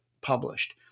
published